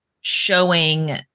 showing